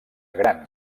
gran